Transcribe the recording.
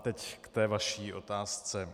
Teď k té vaší otázce.